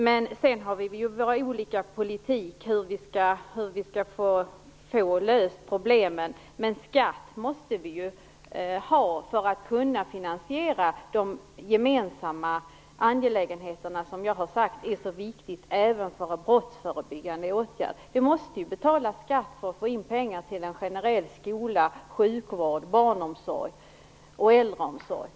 Men vi har olika politisk uppfattning om hur vi skall lösa problemen. Skatt måste vi ha för att kunna finansiera de gemensamma angelägenheterna som jag har sagt är så viktiga, även som brottsförebyggande åtgärder. Vi måste ju betala skatt för att få in pengar till en generell skola, till sjukvård, barnomsorg och äldreomsorg.